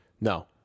No